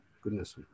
goodness